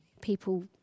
people